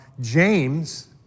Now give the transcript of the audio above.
James